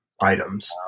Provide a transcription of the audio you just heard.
items